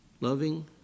Loving